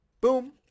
boom